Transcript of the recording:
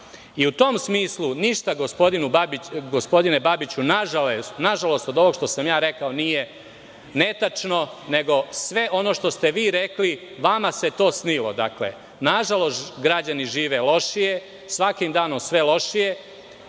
u tom smislu ništa gospodine Babiću, na žalost od ovog što sam ja rekao nije netačno, nego sve ono što ste vi rekli vama se to snilo. Na žalost građani žive lošije, svakim danom sve lošije,